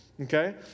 Okay